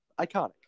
iconic